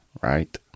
right